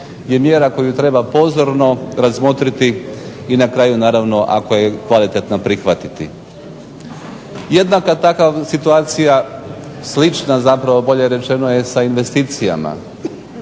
je mjera koju treba pozorno razmotriti i na kraju naravno ako je kvalitetna prihvatiti. Jednaka takva situacija slična zapravo bolje je rečeno je sa investicijama.